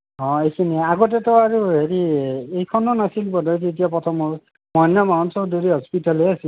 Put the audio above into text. অঁ এই আগতেটো আৰু হেৰি এইখনো নাছিল বোধহয় যেতিয়া মহেন্দ্ৰ মোহন চৌধুৰী হস্পিতেল হৈ আছিল